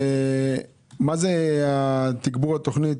מה זה תגבור התוכנית?